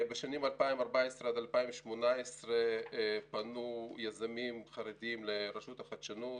בשנים 2014 עד 2018 פנו יזמים חרדים לרשות החדשנות,